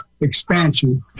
expansion